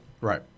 Right